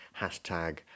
Hashtag